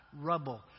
Rubble